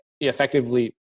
effectively